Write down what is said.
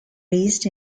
raised